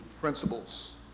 principles